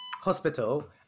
hospital